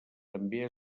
també